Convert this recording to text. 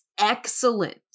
excellent